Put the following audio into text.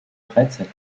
freizeit